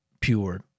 pure